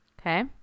Okay